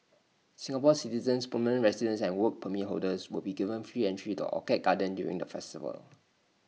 Singapore citizens permanent residents and Work Permit holders will be given free entry the orchid garden during the festival